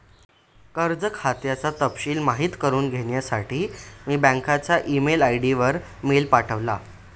कर्ज खात्याचा तपशिल माहित करुन घेण्यासाठी मी बँकच्या ई मेल आय.डी वर मेल पाठवला